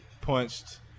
punched